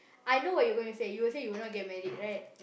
I know what you going to say you would say you would not get married [right]